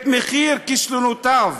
את מחיר כישלונותיו